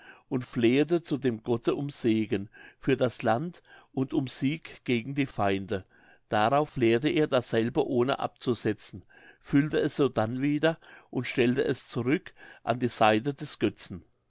und flehete zu dem gotte um segen für das land und um sieg gegen die feinde darauf leerte er dasselbe ohne abzusetzen füllte es sodann wieder und stellte es zurück an die seite des götzen